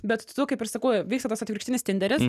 bet tu kaip ir sakau vyksta tas atvirkštinis tinderis